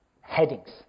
headings